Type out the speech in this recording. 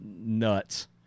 nuts